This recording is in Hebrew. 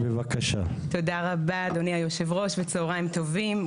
תודה רבה אדוני יושב הראש, וצהריים טובים.